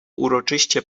uroczyście